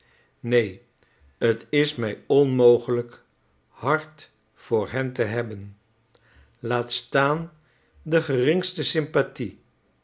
neen t is mij onmogelijk hart voor hen te hebben laat staan de geringste sympathie